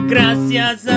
Gracias